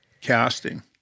casting